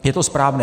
Je to správné.